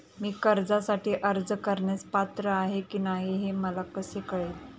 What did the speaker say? मी कर्जासाठी अर्ज करण्यास पात्र आहे की नाही हे मला कसे कळेल?